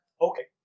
Okay